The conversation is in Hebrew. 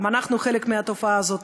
גם אנחנו חלק מהתופעה הזאת.